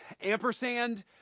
Ampersand